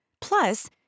Plus